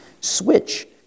switch